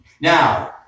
Now